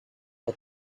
but